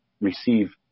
receive